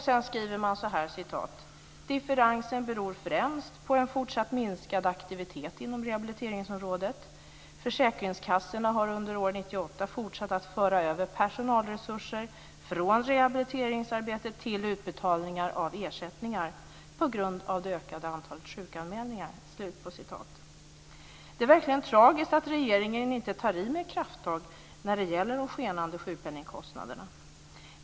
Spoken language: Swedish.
Sedan skriver man så här: "Differensen beror främst på en fortsatt minskad aktivitet inom rehabiliteringsområdet - försäkringskassorna har under år 1998 fortsatt att föra över personalresurser från rehabiliteringsarbetet till utbetalningar av ersättningar på grund av det ökade antalet sjukanmälningar". Det är verkligen tragiskt att regeringen inte tar i med krafttag när det gäller de skenande sjukpenningkostnaderna.